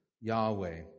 Yahweh